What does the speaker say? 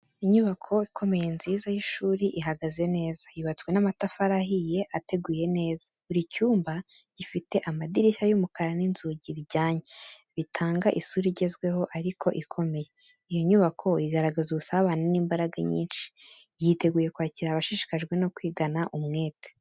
Inyubako ikomeye nziza y'ishuri ihagaze neza, yubatswe n’amatafari ahiye ateguye neza. Buri cyumba gifite amadirishya y’umukara n’inzugi bijyanye, bitanga isura igezweho ariko ikomeye. Iyo nyubako igaragaza ubusabane n’imbaraga nyinshi, yiteguye kwakira abashishikajwe no kwigana umwete.